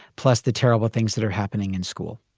plus the terrible things that are happening in school.